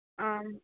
आम्